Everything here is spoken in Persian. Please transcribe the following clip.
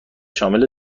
شامل